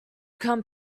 come